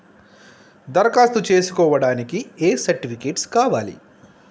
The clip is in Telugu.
దరఖాస్తు చేస్కోవడానికి ఏ సర్టిఫికేట్స్ కావాలి?